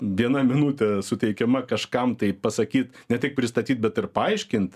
viena minutė suteikiama kažkam tai pasakyt ne tik pristatyt bet ir paaiškint